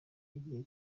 igihe